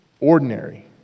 ordinary